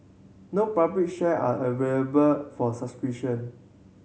no public share are available for suspicion